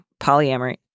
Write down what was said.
polyamory